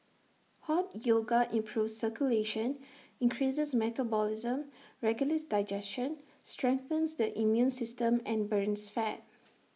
hot yoga improves circulation increases metabolism regulates digestion strengthens the immune system and burns fat